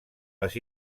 les